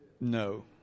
No